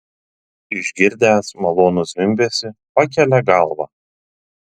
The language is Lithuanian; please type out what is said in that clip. išgirdęs malonų zvimbesį pakelia galvą